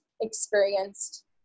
experienced